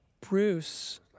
Bruce